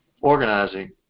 organizing